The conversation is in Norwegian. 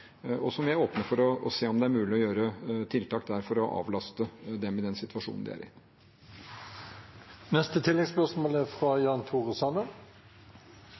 og vi er åpne for å se om det er mulig å gjøre tiltak for å avlaste dem i den situasjonen de er i. Det blir oppfølgingsspørsmål – først Jan Tore Sanner.